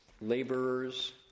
laborers